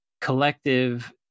collective